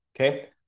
Okay